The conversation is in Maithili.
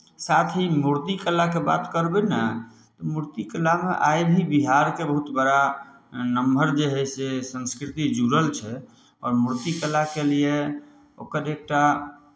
साथ ही मूर्तिकलाके बात करबै ने मूर्तिकलामे आइ भी बिहारके बहुत बड़ा नम्हर जे हइ से संस्कृति जुड़ल छै आओर मूर्ति कलाके लिए ओकर एकटा